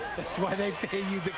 why they pay you